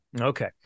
okay